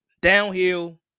downhill